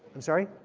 i'm sorry?